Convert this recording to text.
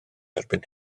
erbyn